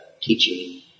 teaching